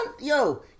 Yo